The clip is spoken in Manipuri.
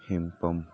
ꯍꯦꯟꯄꯝ